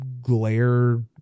glare